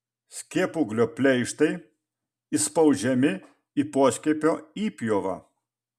skiepūglio pleištai įspaudžiami į poskiepio įpjovą